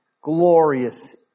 glorious